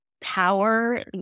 power